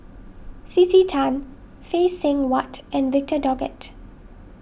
C C Tan Phay Seng Whatt and Victor Doggett